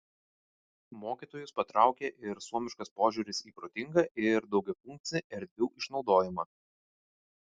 mokytojus patraukė ir suomiškas požiūris į protingą ir daugiafunkcį erdvių išnaudojimą